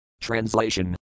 Translation